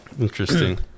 Interesting